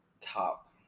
top